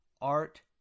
Art